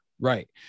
Right